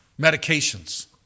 medications